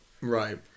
right